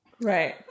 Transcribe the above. right